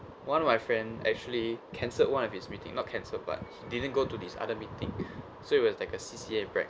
one of my friend actually canceled one of its meeting not canceled but didn't go to this other meeting so it was like a C_C_A practice